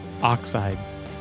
Oxide